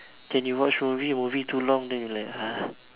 then you watch movie movie too long then you like ah